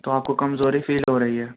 تو آپ کو کمزوری فیل ہو رہی ہے